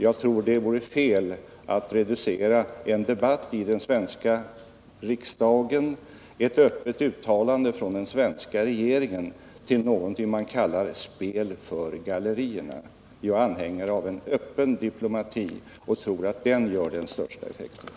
Jag tror det är fel att reducera en debatt i den svenska riksdagen eller ett öppet uttalande från den svenska regeringen till någonting som man kallar ”spel för gallerierna”. Jag är anhängare av en öppen diplomati och tror att den har den största effekten.